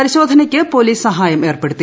പരിശോധനയ്ക്ക് പോലീസ് സഹായം ഏർപ്പെടുത്തി